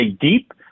deep